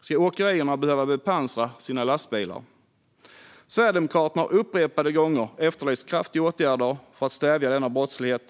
Ska åkerierna behöva bepansra sina lastbilar? Sverigedemokraterna har upprepade gånger efterlyst kraftiga åtgärder för att stävja denna brottslighet.